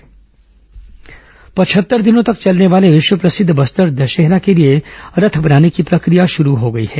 बस्तर दशहरा पचहत्तर दिनों तक चलने वाले विश्व प्रसिद्ध बस्तर दशहरा के लिए रथ बनाने की प्रक्रिया शुरू हो गई है